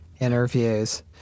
interviews